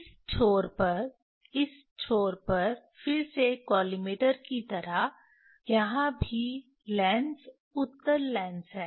इस छोर पर इस छोर पर फिर से कॉलिमेटर की तरह यहाँ भी लेंस उत्तल लेंस है